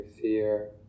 fear